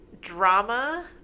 drama